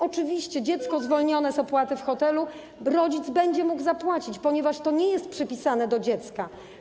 Oczywiście za dziecko zwolnione z opłaty w hotelu rodzic będzie mógł zapłacić, ponieważ to nie jest przypisane do dziecka.